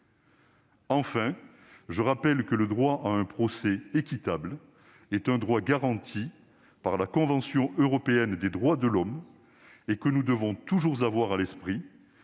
Enfin, je rappelle que le droit à un procès équitable est garanti par la Convention européenne des droits de l'homme et que nous devons toujours avoir à l'esprit